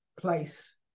place